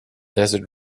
desert